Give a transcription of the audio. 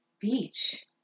Beach